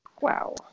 Wow